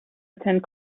attend